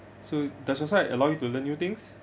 so does your side allow you to learn new things